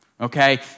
Okay